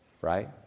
right